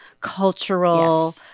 cultural